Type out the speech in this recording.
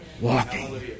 Walking